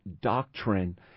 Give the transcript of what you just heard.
doctrine